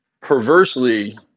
Perversely